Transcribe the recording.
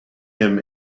him